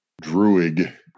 Druid